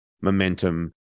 momentum